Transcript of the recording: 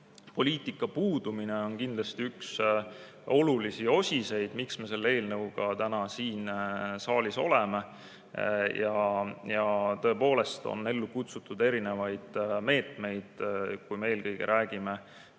rannaelupoliitika puudumine on kindlasti üks olulisi osiseid, miks me selle eelnõuga täna siin saalis oleme. Tõepoolest on ellu kutsutud erinevaid meetmeid, kui me eelkõige räägime